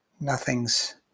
nothing's